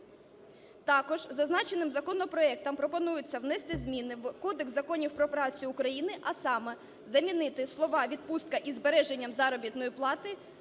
Також зазначеним законопроектом пропонується внести зміни в Кодекс законів про працю України, а саме замінити слова "відпустка із збереженням заробітної плати",